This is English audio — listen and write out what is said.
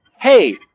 hey